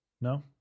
No